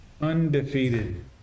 Undefeated